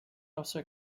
also